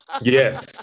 yes